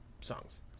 songs